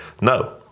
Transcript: no